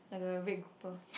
like a red cooper